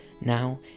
Now